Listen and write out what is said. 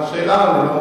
מה השאלה?